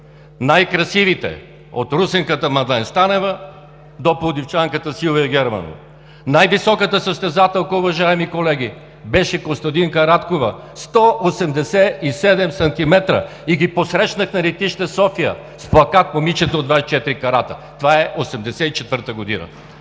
Най-красивите – от русенката Мадлен Станева, до пловдивчанката Силвия Германова. Най-високата състезателка, уважаеми колеги, беше Костадинка Радкова – 187 см, и ги посрещнах на летище София с плакат: „Момичета от 24 карата!“. Това е 1984 г.